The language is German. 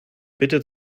bitte